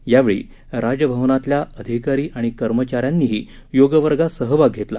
यावेळी राजभवनातल्या अधिकारी आणि कर्मचाऱ्यांनीही योगवर्गात सहभाग घेतला